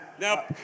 Now